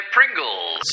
Pringles